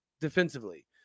defensively